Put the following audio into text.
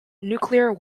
nuclear